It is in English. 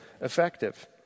effective